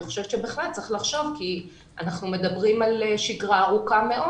אני חושבת שצריך לחשוב כי אנחנו מדברים על שגרה ארוכה מאוד.